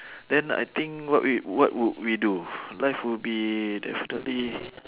then I think what we what would we do life would be definitely